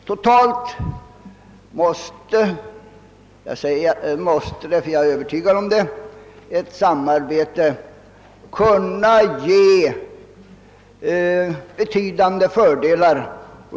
Totält måste — jag använder ordet måste därför att jag är övertygad om det — ett samarbete kunna ge betydande fördelar.